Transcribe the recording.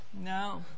no